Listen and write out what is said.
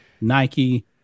Nike